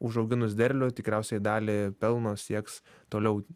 užauginus derlių tikriausiai dalį pelno sieks toliau